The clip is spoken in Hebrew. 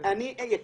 אני אהיה